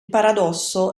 paradosso